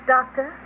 Doctor